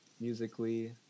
musically